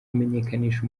kumenyekanisha